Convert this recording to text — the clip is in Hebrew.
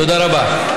תודה רבה.